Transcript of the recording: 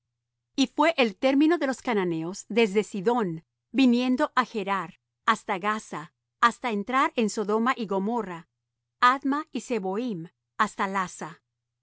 y fué el término de los cananeos desde sidón viniendo á gerar hasta gaza hasta entrar en sodoma y gomorra adma y zeboim hasta lasa